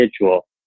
individual